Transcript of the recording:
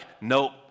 nope